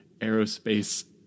aerospace